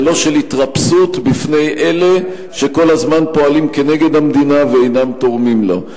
ולא של התרפסות בפני אלה שכל הזמן פועלים כנגד המדינה ואינם תורמים לה.